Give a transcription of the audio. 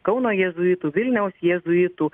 kauno jėzuitų vilniaus jėzuitų